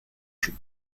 jeu